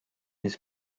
his